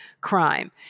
crime